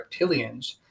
reptilians